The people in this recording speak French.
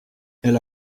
elle